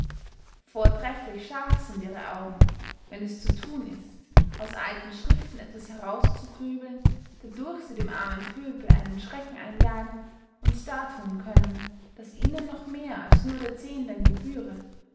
vortreflich scharf sind ihre augen wenn es zu thun ist aus alten schriften etwas heraus zu grüblen dadurch sie dem armen pöbel einen schrecken einjagen und darthun können daß ihnen noch mehr als nur der zehnden gebühre